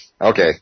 okay